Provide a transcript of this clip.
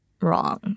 wrong